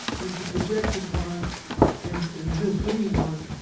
is the projected one and misleading one,